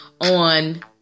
on